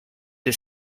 dei